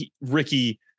Ricky